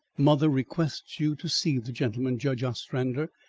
mother requests you to see the gentleman, judge ostrander.